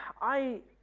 i